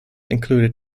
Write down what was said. included